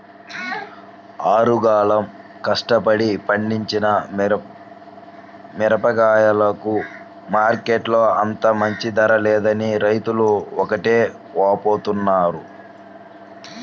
ఆరుగాలం కష్టపడి పండించిన మిరగాయలకు మార్కెట్టులో అంత మంచి ధర లేదని రైతులు ఒకటే వాపోతున్నారు